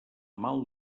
mal